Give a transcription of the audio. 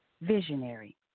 visionary